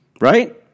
Right